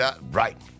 Right